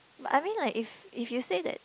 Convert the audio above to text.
I mean like if if you say that